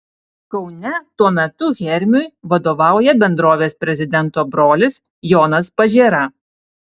kaune tuo metu hermiui vadovauja bendrovės prezidento brolis jonas pažėra